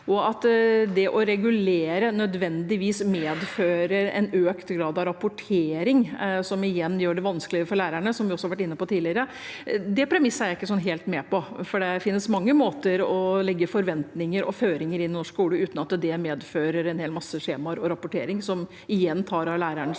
om at det å regulere nødvendigvis medfører en økt grad av rapportering, som igjen gjør det vanskeligere for lærerne, og som vi også har vært inne på tidligere, er jeg ikke helt med på. Det finnes mange måter å legge forventninger og føringer på i norsk skole uten at det medfører en hel masse skjemaer og rapportering, som igjen tar av lærernes